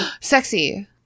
sexy